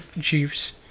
chiefs